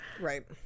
right